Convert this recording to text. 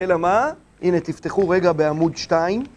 אלא מה? הנה תפתחו רגע בעמוד שתיים